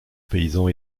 paysans